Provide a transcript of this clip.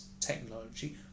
technology